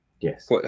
Yes